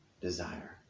desire